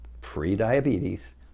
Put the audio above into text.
pre-diabetes